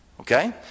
Okay